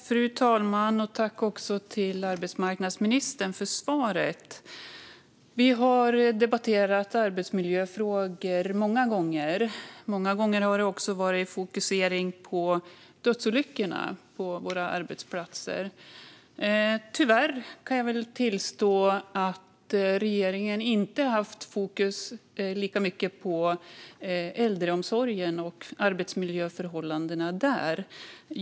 Fru talman! Tack, arbetsmarknadsministern, för svaret! Vi har debatterat arbetsmiljöfrågor många gånger. Många gånger har det också varit fokus på dödsolyckorna på arbetsplatser. Tyvärr har väl regeringen inte haft fokus lika mycket på äldreomsorgen och arbetsmiljöförhållandena där.